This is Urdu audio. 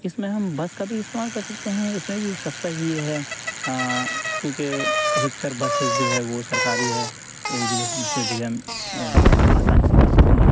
اس میں ہم بس کا بھی استعمال کر سکتے ہیں اس میں بھی سستا ہی ہے کیونکہ ادھکتر بسیز جو ہے وہ سرکاری ہے ایک جگہ سے دوسرے جگہ آسانی سے جا سکتے ہیں